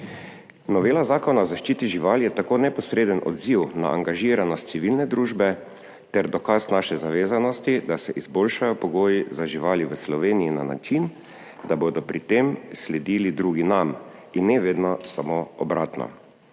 Novela Zakona o zaščiti živali je tako neposreden odziv na angažiranost civilne družbe ter dokaz naše zavezanosti, da se izboljšajo pogoji za živali v Sloveniji na način, da bodo pri tem sledili drugi nam, in ne vedno samo obratno.